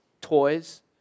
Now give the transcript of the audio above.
toys